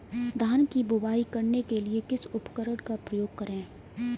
धान की बुवाई करने के लिए किस उपकरण का उपयोग करें?